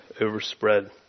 overspread